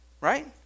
right